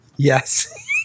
Yes